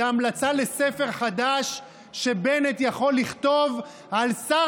זו המלצה לספר חדש שבנט יכול לכתוב על שר